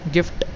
Gift